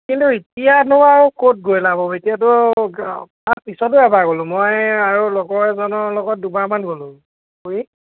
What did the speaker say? কিন্তু এতিয়া নো আৰু ক'ত গৈ লাভ হ'ব এতিয়াতো তাৰ পিছতো এবাৰ গ'লোঁ মই আৰু লগৰ এজনৰ লগত দুবাৰমান গ'লোঁ কৰি